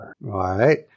right